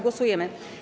Głosujemy.